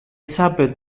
sape